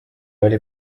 oli